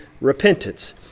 repentance